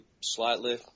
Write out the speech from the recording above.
slightly